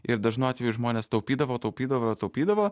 ir dažnu atveju žmonės taupydavo taupydavo taupydavo